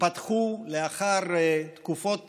פתחו לאחר תקופות